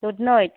দুধনৈত